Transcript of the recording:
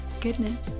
goodness